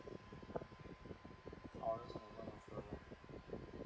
honestly I'm not sure